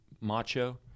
macho